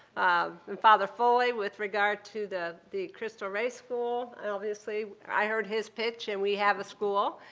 um and father foley with regard to the the christo rey school, obviously, i heard his pitch and we have a school.